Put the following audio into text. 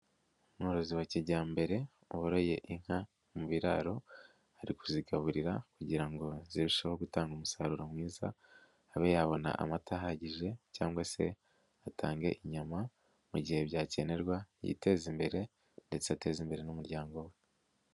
Umworozi wa kijyambere waroye inka mu biraro ari kuzigaburira kugira ngo zirusheho gutanga umusaruro mwiza, abe yabona amata ahagije cyangwa se atange inyama mu gihe byakenerwa. Yiteza imbere ndetse ateza imbere n'umuryango we.